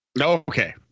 Okay